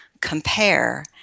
compare